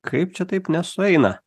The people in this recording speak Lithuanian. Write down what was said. kaip čia taip nesueina